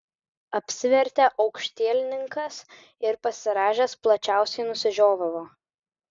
apsivertė aukštielninkas ir pasirąžęs plačiausiai nusižiovavo